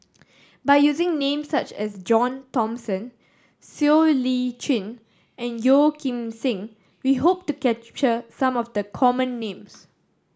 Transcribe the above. by using names such as John Thomson Siow Lee Chin and Yeo Kim Seng we hope to capture some of the common names